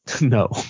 no